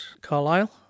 Carlisle